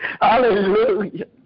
Hallelujah